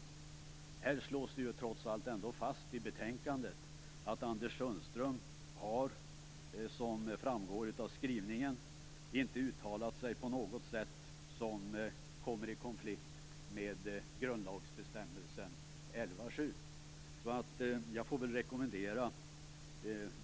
I betänkandet slås ju trots allt fast att Anders Sundström som framgår av skrivningen inte har uttalat sig på något sätt som kommer i konflikt med grundlagsbestämmelsen 11 kap. 7 §. Jag får väl rekommendera